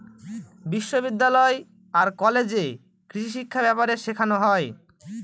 বিশ্ববিদ্যালয় আর কলেজে কৃষিশিক্ষা ব্যাপারে শেখানো হয়